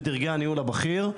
בדרגי הניהול הבכיר.